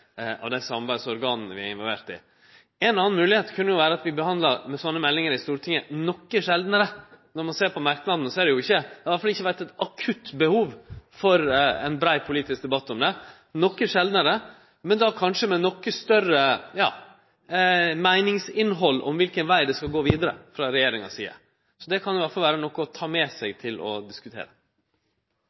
vi er involverte i. Ei anna moglegheit kunne vere at vi behandla sånne meldingar i Stortinget noko sjeldnare – når vi ser på merknadene, har det iallfall ikkje vore eit akutt behov for ein brei politisk debatt om dette – men då kanskje med noko større meiningsinnhald om kva veg ein skal gå vidare frå regjeringa si side. Det kan iallfall vere noko å ta med seg og diskutere.